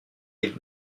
est